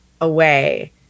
away